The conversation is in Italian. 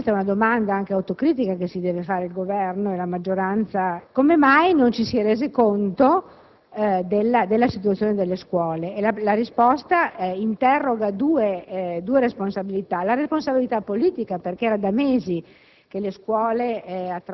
come mai - questa è una domanda anche autocritica che si devono porre il Governo e la maggioranza - non ci si è resi conto della situazione delle scuole? La risposta interroga due responsabilità. In primo luogo, quella politica, perché era da mesi